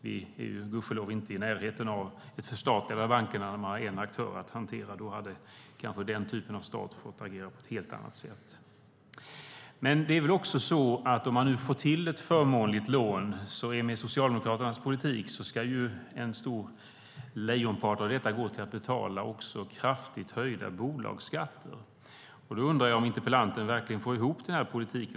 Vi är gudskelov inte i närheten av ett förstatligande av bankerna så att man har en aktör att hantera. Då hade kanske den typen av stat fått agera på ett helt annat sätt. Om man nu får ett förmånligt lån ska en lejonpart av detta, med Socialdemokraternas politik, gå till att betala kraftigt höjda bolagsskatter. Då undrar jag om interpellanten verkligen får ihop denna politik.